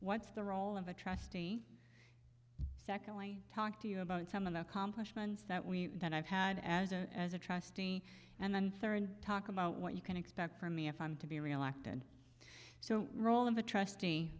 what's the role of a trustee secondly talk to you about some of the accomplishments that we have had as a as a trustee and then talk about what you can expect from me if i'm to be reelected so role of a trustee